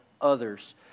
others